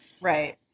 Right